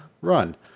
Run